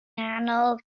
nghanol